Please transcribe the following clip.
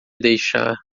deixar